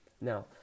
Now